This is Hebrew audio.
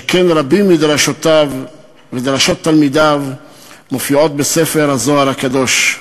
שכן רבות מדרשותיו ומדרשות תלמידיו מופיעות בספר הזוהר הקדוש.